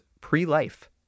pre-life